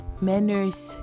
Manners